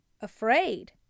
afraid